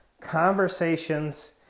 Conversations